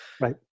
Right